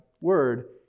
Word